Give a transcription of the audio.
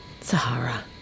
Sahara